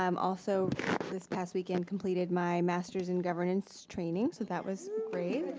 um also this past weekend completed my master's in governance training so that was great.